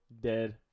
Dead